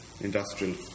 industrial